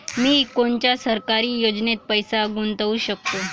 मी कोनच्या सरकारी योजनेत पैसा गुतवू शकतो?